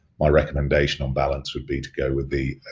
my recommendation on balance would be to go with the,